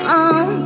on